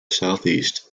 southeast